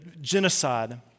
genocide